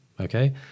okay